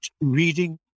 reading